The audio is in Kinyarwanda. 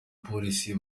polisi